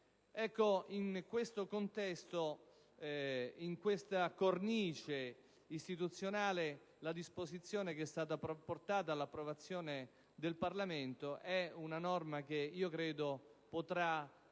In questo contesto, in questa cornice istituzionale, la disposizione che è stata portata all'approvazione del Parlamento credo che possa